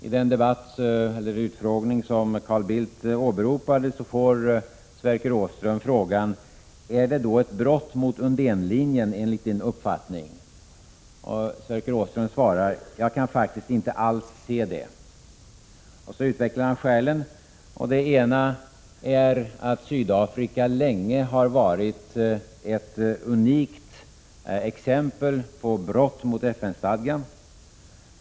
I den utfrågning som Carl Bildt åberopade får Sverker Åström frågan: ”Är det då ett brott mot Undénlinjen, enligt din uppfattning?” Sverker Åström svarar: ”Jag kan faktiskt inte alls se det.” Så utvecklar han skälen. Det ena är att Sydafrika länge har varit ett unikt exempel på brott mot FN-stadgan.